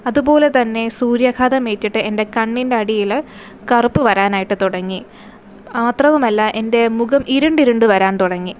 അതുപോലെ തന്നെ സൂര്യാഘാതമേറ്റിട്ട് എൻ്റെ കണ്ണിൻ്റെ അടിയില് കറുപ്പ് വരാനായിട്ട് തുടങ്ങി മാത്രവുമല്ല എൻ്റെ മുഖം ഇരുണ്ട് ഇരുണ്ട് വരാൻ തുടങ്ങി